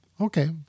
Okay